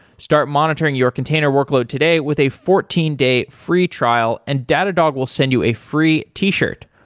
start monitoring your container workload today with a fourteen day free trial and datadog will send you a free t-shirt.